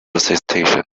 station